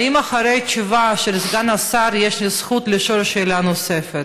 האם אחרי התשובה של סגן השר יש לי זכות לשאול שאלה נוספת?